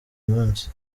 munsi